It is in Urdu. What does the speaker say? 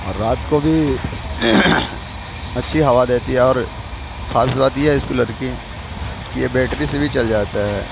رات کو بھی اچھی ہوا دیتی ہے اور خاص بات یہ ہے اس کولر کی کہ یہ بیٹری سے بھی چل جاتا ہے